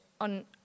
on